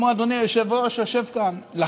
כמו אדוני היושב-ראש שיושב כאן,